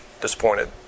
disappointed